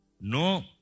No